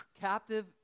captive